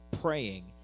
praying